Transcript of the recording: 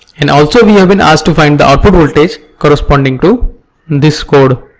and also we have been asked to find the output voltage corresponding to this code.